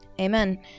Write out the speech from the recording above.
Amen